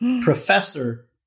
professor